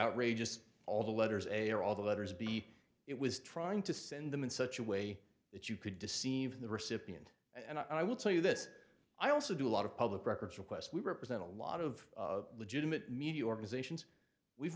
outrageous all the letters a or all the letters b it was trying to send them in such a way that you could deceive the recipient and i will tell you this i also do a lot of public records request we represent a lot of legitimate media organizations we've